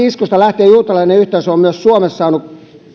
iskusta lähtien on myös juutalainen yhteisö suomessa saanut